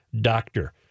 Doctor